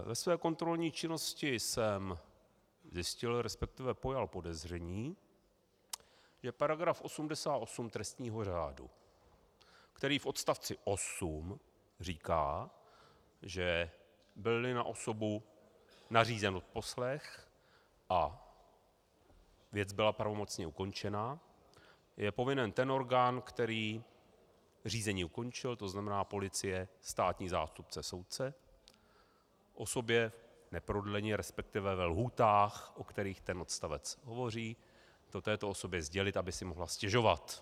Ve své kontrolní činnosti jsem zjistil, resp. pojal podezření, že § 88 trestního řádu, který v odst. 8 říká, že bylli na osobu nařízen odposlech a věc byla pravomocně ukončena, je povinen ten orgán, který řízení ukončil, tzn. policie, státní zástupce, soudce, osobě neprodleně, resp. v lhůtách, o kterých tento odstavec hovoří, to této osobě sdělit, aby si mohla stěžovat.